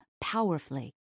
powerfully